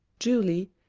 julie,